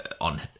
on